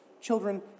children